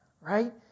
Right